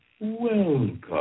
welcome